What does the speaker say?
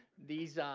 these,